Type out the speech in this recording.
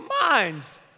minds